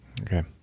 Okay